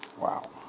wow